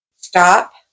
stop